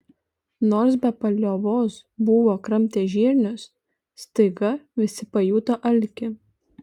nors be paliovos buvo kramtę žirnius staiga visi pajuto alkį